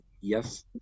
yes